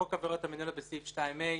חוק העבירות המינהליות בסעיף 2(ב)